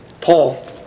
Paul